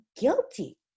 guilty